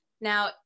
Now